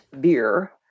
Beer